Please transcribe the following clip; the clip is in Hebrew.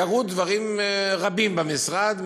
קרו דברים רבים במשרד,